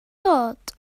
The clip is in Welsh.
dod